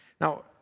Now